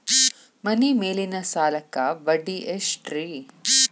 ಮನಿ ಮೇಲಿನ ಸಾಲಕ್ಕ ಬಡ್ಡಿ ಎಷ್ಟ್ರಿ?